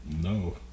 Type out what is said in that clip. No